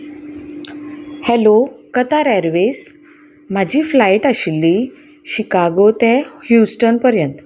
hello Qatar airways म्हाजी flight आशिल्ली Chicago ते ह्युस्टन पर्यंत